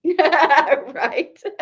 Right